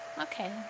Okay